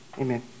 Amen